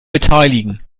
beteiligen